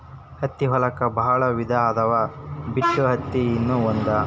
ಹತ್ತಿ ಒಳಗ ಬಾಳ ವಿಧಾ ಅದಾವ ಬಿಟಿ ಅತ್ತಿ ನು ಒಂದ